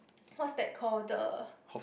what's that called the